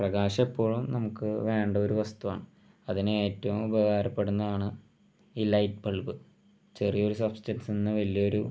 പ്രകാശം എപ്പോഴും നമുക്ക് വേണ്ട ഒരു വസ്തുവാണ് അതിന് ഏറ്റവും ഉപകാരപ്പെടുന്നതാണ് ഈ ലൈറ്റ് ബൾബ് ചെറിയൊരു സബ്സ്റ്റൻസ് എന്ന് വലിയ ഒരു